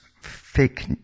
fake